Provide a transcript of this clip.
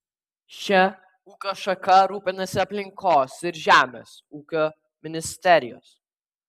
šia ūkio šaka rūpinasi aplinkos ir žemės ūkio ministerijos